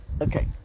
Okay